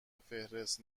فهرست